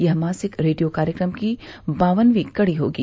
यह मासिक रेडियो कार्यक्रम की बावन्नवी कड़ी होगी